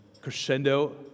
crescendo